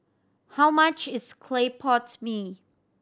how much is clay pot mee